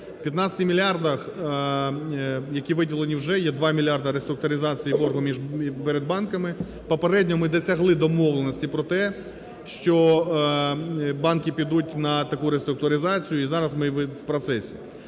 15 мільярдах, які виділені, вже є 2 мільярди реструктуризації боргу перед банками. Попередньо ми досягли домовленості про те, що банки підуть на таку реструктуризацію і зараз ми в процесі.